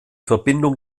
verbindung